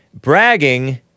Bragging